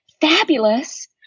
fabulous